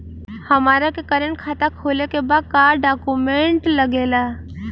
हमारा के करेंट खाता खोले के बा का डॉक्यूमेंट लागेला?